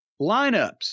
lineups